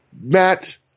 Matt